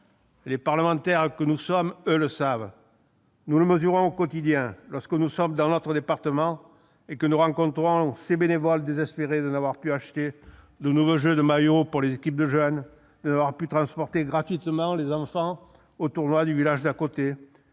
Les parlementaires que nous sommes, eux, le savent. Nous le mesurons au quotidien quand, dans nos départements, nous rencontrons ces bénévoles désespérés de n'avoir pu acheter de nouveaux maillots pour les équipes de jeunes ou de n'avoir pu transporter gratuitement les enfants au tournoi du village d'à côté.